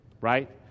right